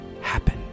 happen